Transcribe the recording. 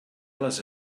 les